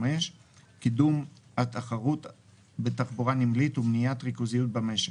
קידום התחרות בתחבורה נמלית ומניעת ריכוזיות במשק,